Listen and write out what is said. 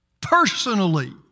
personally